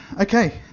okay